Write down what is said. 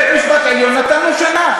בית-המשפט העליון נתן לו שנה.